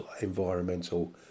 environmental